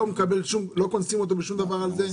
לא קונסים אותו בשום דבר על זה?